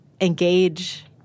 engage